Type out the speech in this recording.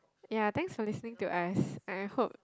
ya thanks for listening to us and I hope